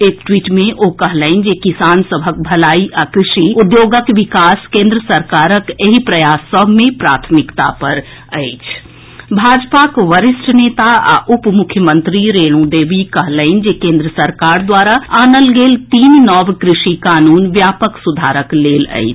एक ट्वीट मे ओ कहलनि जे किसान सभक भलाई आ कृषि उद्योगक विकास केन्द्र सरकारक एहि प्रयास सभ मे प्राथमिकता पर अछि भाजपाक वरिष्ठ नेता आ उपमुख्यमंत्री रेणु देवी कहलनि जे केन्द्र सरकार द्वारा आनल गेल तीन नव कृषि कानून व्यापक सुधारक लेल अछि